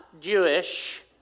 Jewish